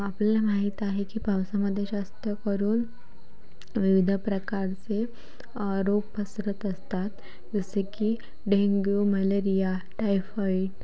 आपल्याला माहीत आहे की पावसामध्ये जास्तकरून विविध प्रकारचे रोग पसरत असतात जसे की डेंग्यू मलेरिया टायफॉईट